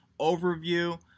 overview